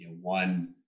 one